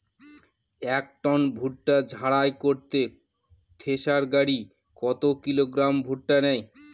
এক টন ভুট্টা ঝাড়াই করতে থেসার গাড়ী কত কিলোগ্রাম ভুট্টা নেয়?